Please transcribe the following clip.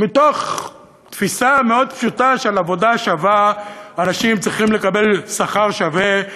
מתוך תפיסה מאוד פשוטה שעל עבודה שווה אנשים צריכים לקבל שכר שווה,